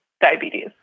diabetes